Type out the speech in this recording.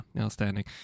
outstanding